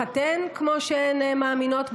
להתחתן כמו שהן מאמינות,